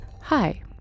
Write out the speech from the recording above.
Hi